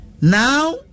Now